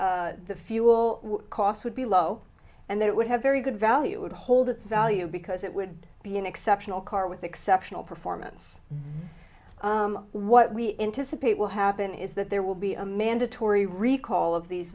that the fuel cost would be low and that it would have very good value it would hold its value because it would be an exceptional car with exceptional performance what we in to support will happen is that there will be a mandatory recall of these